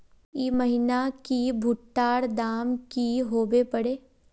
ई महीना की भुट्टा र दाम की होबे परे?